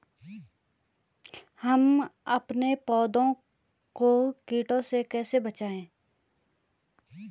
हम अपने पौधों को कीटों से कैसे बचाएं?